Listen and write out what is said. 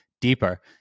deeper